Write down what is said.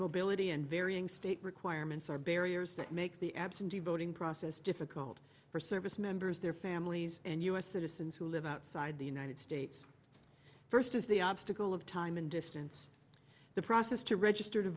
mobility and varying state requirements are barriers that make the absentee voting process difficult for service members their families and u s citizens who live outside the united states first is the obstacle of time and distance the process to register to